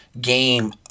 game